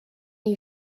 you